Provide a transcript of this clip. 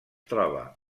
troba